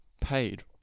paid